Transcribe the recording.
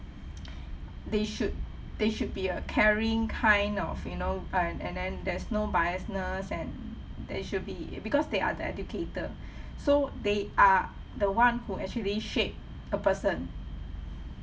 they should they should be a caring kind of you know um and then there's no biasness and there should be because they are the educator so they are the one who actually shape a person